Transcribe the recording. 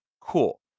Cool